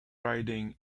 riding